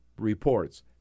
reports